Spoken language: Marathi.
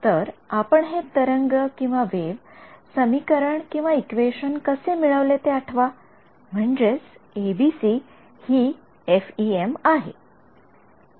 तर आपण हे तरंग वेव्ह समीकरण इक्वेशन एquation कसे मिळवले ते आठवा म्हणजेच एबीसी हि एफइएम आहे